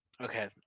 Okay